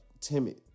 timid